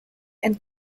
and